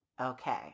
Okay